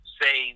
say